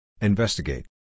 Investigate